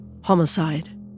homicide